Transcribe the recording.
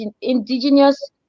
Indigenous